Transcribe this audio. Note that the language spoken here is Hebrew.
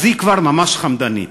אז היא כבר ממש חמדנית,